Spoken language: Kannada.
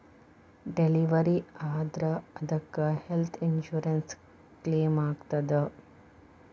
ಡಿಲೆವರಿ ಆದ್ರ ಅದಕ್ಕ ಹೆಲ್ತ್ ಇನ್ಸುರೆನ್ಸ್ ಕ್ಲೇಮಾಗ್ತದ?